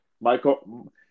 Michael